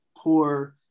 poor